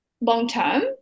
long-term